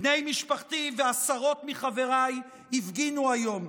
בני משפחתי ועשרות מחבריי הפגינו היום,